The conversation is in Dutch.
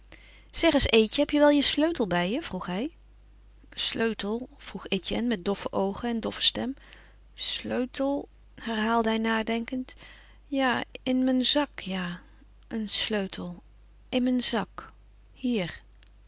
zeg eens eetje heb je wel je sleutel bij je vroeg hij sleutel vroeg etienne met doffe oogen en doffe stem sleutel herhaalde hij nadenkend ja in mijn zak ja een sleutel in mijn zak hier